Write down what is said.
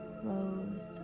closed